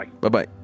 Bye-bye